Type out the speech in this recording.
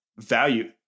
value